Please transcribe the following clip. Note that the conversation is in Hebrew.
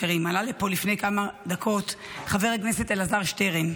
אז לא, חבר הכנסת שטרן,